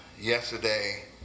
yesterday